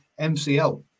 MCL